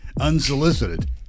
Unsolicited